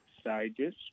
stages